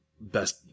best